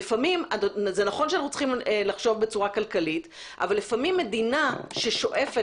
זה נכון שאנחנו צריכים לחשוב בצורה כלכלית אבל לפעמים מדינה ששואפת